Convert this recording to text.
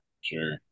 Sure